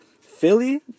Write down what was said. Philly